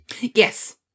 Yes